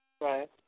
Right